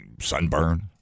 sunburn